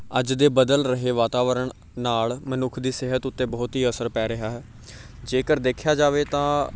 ਅੱਜ ਦੇ ਬਦਲ ਰਹੇ ਵਾਤਾਵਰਨ ਨਾਲ ਮਨੁੱਖ ਦੀ ਸਿਹਤ ਉੱਤੇ ਬਹੁਤ ਹੀ ਅਸਰ ਪੈ ਰਿਹਾ ਹੈ ਜੇਕਰ ਦੇਖਿਆ ਜਾਵੇ ਤਾਂ